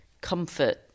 comfort